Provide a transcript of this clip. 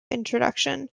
introduction